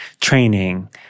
training